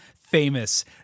famous